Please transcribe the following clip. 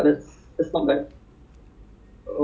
my B_P as in the obese batch training